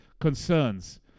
concerns